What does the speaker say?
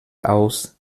aus